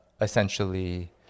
essentially